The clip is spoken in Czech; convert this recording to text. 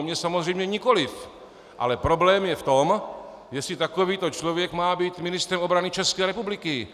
Mě samozřejmě nikoliv, ale problém je v tom, jestli takovýto člověk má být ministrem obrany České republiky.